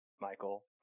Michael